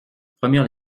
promirent